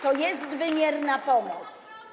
To jest wymierna pomoc.